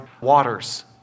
waters